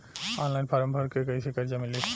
Online form भर के कैसे कर्जा मिली?